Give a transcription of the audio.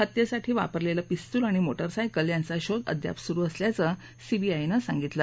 हत्येसाठी वापरलेलं पिस्तुल आणि मोटारसायकल यांचा शोध अद्याप सुरू असल्याचं सीबीआयनं सांगितलं